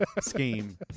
scheme